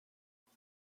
what